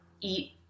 eat